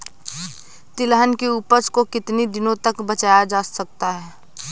तिलहन की उपज को कितनी दिनों तक बचाया जा सकता है?